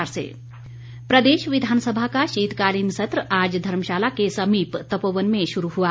विधानसभा प्रदेश विधानसभा का शीतकालीन सत्र आज धर्मशाला के समीप तपोवन में शुरू हुआ